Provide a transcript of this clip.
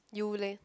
you leh